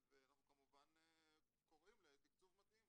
אנחנו כמובן קוראים לתקצוב מתאים.